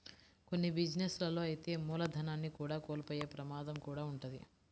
కొన్ని బిజినెస్ లలో అయితే మూలధనాన్ని కూడా కోల్పోయే ప్రమాదం కూడా వుంటది